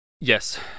Yes